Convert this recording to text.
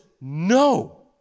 no